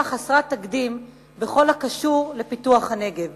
חסרת תקדים בכל הקשור לפיתוח הנגב